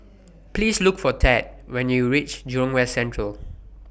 Please Look For Tad when YOU REACH Jurong West Central